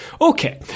Okay